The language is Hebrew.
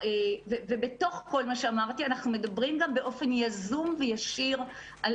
בתוך כל מה שאמרתי אנחנו מדברים גם באופן יזום וישיר על